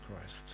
Christ